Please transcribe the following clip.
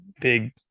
big